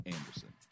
Anderson